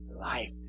life